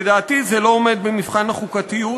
לדעתי זה לא עומד במבחן החוקתיות.